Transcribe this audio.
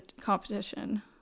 competition